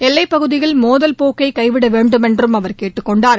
எல்லைப்பகுதியில் மோதல் போக்கை கைவிட வேண்டுமென்றும் அவர் கேட்டுக் கொண்டார்